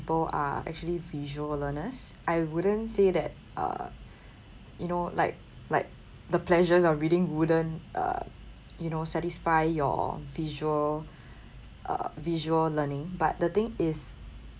are actually visual learners I wouldn't say that uh you know like like the pleasures of reading wouldn't uh you know satisfy your visual uh visual learning but the thing is